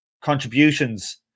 contributions